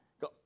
go